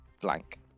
blank